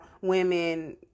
women